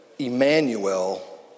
Emmanuel